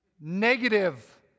Negative